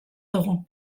dugu